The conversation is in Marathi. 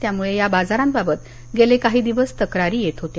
त्यामुळे या बाजारांबाबत गेले काही दिवस तक्रारी येत होत्या